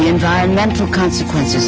the environmental consequences